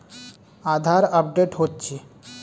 আধার update হচ্ছে?